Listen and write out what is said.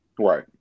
Right